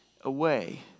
away